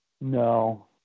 No